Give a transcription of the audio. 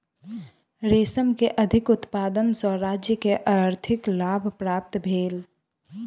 रेशम के अधिक उत्पादन सॅ राज्य के आर्थिक लाभ प्राप्त भेल